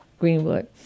Greenwood